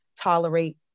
tolerate